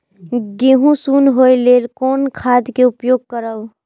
गेहूँ सुन होय लेल कोन खाद के उपयोग करब?